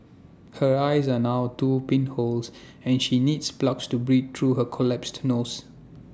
her eyes are now two pinholes and she needs plugs to breathe through her collapsed nose